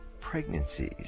pregnancies